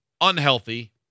unhealthy